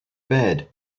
bed